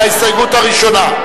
על ההסתייגות הראשונה.